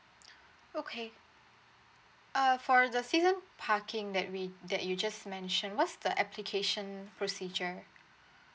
okay uh for the season parking that we that you just mentioned what's the application procedure